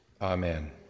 Amen